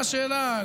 מה השאלה?